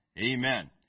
Amen